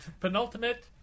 Penultimate